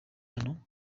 hano